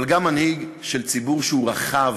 אבל גם מנהיג של ציבור שהוא רחב